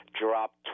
dropped